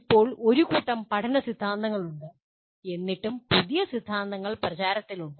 ഇപ്പോൾ ഒരു കൂട്ടം പഠന സിദ്ധാന്തങ്ങളുണ്ട് എന്നിട്ടും പുതിയ സിദ്ധാന്തങ്ങൾ പ്രചാരത്തിലുണ്ട്